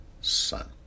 son